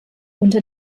unter